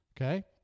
Okay